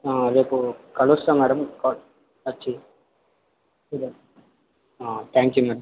రేపు కలుస్తాను మేడం వచ్చి చూద్దాం ఆ థ్యాంక్ యూ మేడం